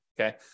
okay